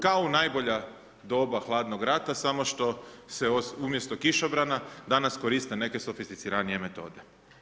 Kao u najbolja doba hladnog rata, samo što se umjesto kišobrana danas koriste neke sofisticiranije metode.